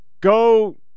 go